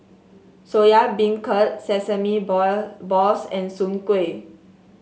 Soya Beancurd sesame ball balls and Soon Kuih